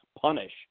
punish